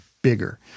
Bigger